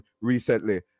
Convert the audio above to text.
recently